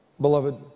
beloved